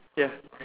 ya